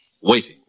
waiting